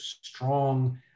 strong